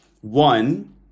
One